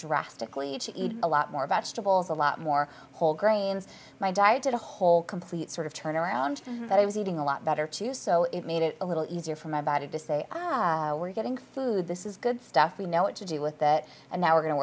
drastically eat a lot more vegetables a lot more whole grains my diet did a whole complete sort of turn around that i was eating a lot better too so it made it a little easier for my body to say ah we're getting food this is good stuff we know what to do with that and now we're going to